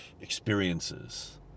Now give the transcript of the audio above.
experiences